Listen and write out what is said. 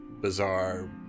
bizarre